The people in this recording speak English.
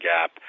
Gap